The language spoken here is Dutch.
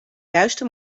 juiste